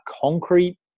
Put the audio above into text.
concrete